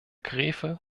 graefe